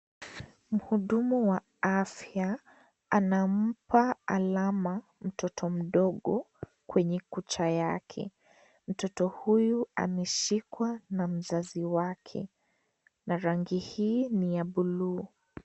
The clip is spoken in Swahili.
Muhudumu wa afya anampa alama mtoto mdogo kwenye kucha yake. Mtoto huyu ameshikwa na mzazi wake na rangi hii ni ya buluu.